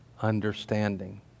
understanding